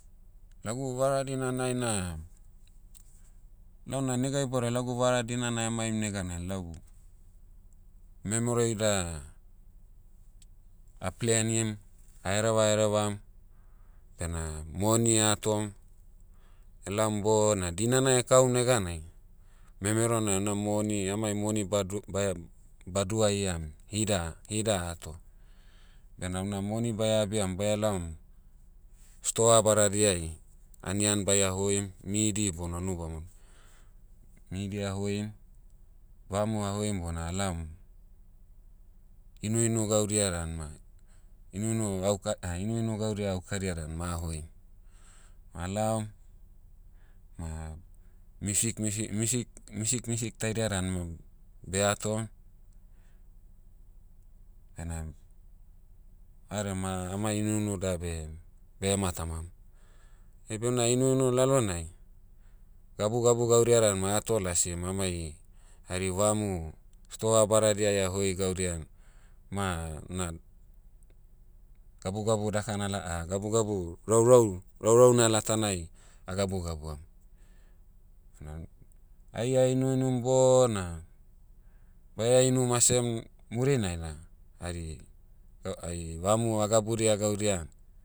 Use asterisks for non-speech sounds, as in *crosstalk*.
Lagu vara dinanai na, launa nega iboudai lagu vara dinana emaim neganai lau, memero ida, aplenim, ahereva herevam, bena moni ahatom, elaom bona dinana ekaum neganai, memerona una moni amai moni badu- baia- baduahiam hida- hida ahato. Bena una moni baia abiam baia laom, stoa badadiai, anian baia hoim. Midi bona unu bamon. Midi ahoim, vamu ahoim bona alaom, inuinu gaudia dan ma, inuinu auka- inuinu gaudia aukadia dan ma ahoim. Ma alao, ma, music- music- music- music music taidia danu, beh ato, bena, ade ma, amai inuinu dabe- behematamam. *hesitation* beuna inuinu lalonai, gabugabu gaudia dan ma ato lasim amai, hari vamu, stoa badadiai ahoi gaudia, ma, na, gabugabu dakana la- *hesitation* gabugabu, raurau- raurauna latanai, agabugabuam. *unintelligible* ai a'inuinum bona, baia inu masem, murinai da, hari, ga- ai vamu agabudia gaudia,